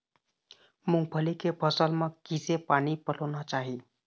मूंग के फसल म किसे पानी पलोना चाही?